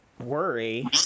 worry